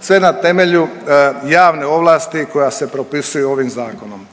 sve na temelju javne ovlasti koja se propisuju ovim zakonom.